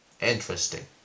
Interesting